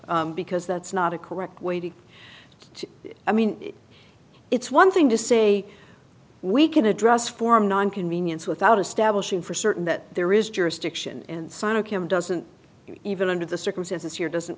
it because that's not a correct way to i mean it's one thing to say we can address formed on convenience without establishing for certain that there is jurisdiction inside of him doesn't it even under the circumstances here doesn't